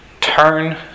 Turn